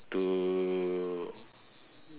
uh